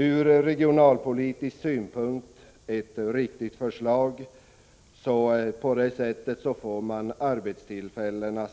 Från regionalpolitisk synpunkt är det ett riktigt förslag. På det sättet skapas arbetstillfällen